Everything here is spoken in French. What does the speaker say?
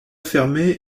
fermé